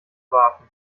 warten